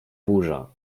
burza